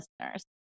listeners